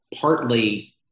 partly